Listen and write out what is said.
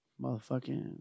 Motherfucking